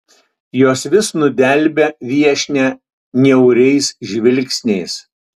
jos vis nudelbia viešnią niauriais žvilgsniais